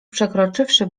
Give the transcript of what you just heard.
przekroczywszy